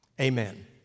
Amen